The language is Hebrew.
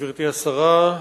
גברתי השרה,